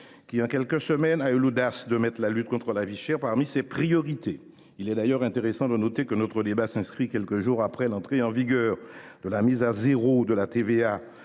qui, en quelques semaines, a eu l’audace de placer la lutte contre la vie chère parmi ses priorités. Il est d’ailleurs intéressant de noter que notre débat a lieu quelques jours après l’entrée en vigueur de l’exemption de TVA